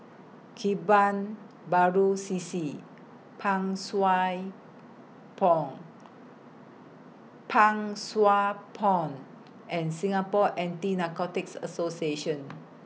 Kebun Baru C C Pang Pond Pang Sua Pond and Singapore Anti Narcotics Association